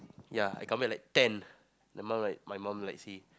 ya I come back like ten my mom like my mom like say